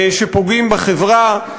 שפוגעים בחברה,